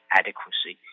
adequacy